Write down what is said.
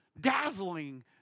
dazzling